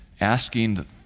Asking